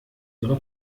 ihre